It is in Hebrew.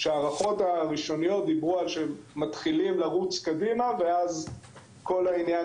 ההערכות הראשוניות דיברו שמתחילים לרוץ קדימה ואז כל העניין